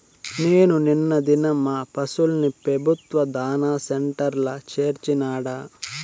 నేను నిన్న దినం మా పశుల్ని పెబుత్వ దాణా సెంటర్ల చేర్చినాడ